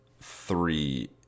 three